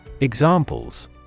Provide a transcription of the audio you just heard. Examples